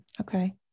Okay